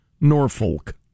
Norfolk